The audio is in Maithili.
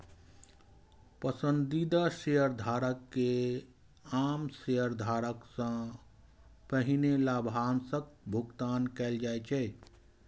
पसंदीदा शेयरधारक कें आम शेयरधारक सं पहिने लाभांशक भुगतान कैल जाइ छै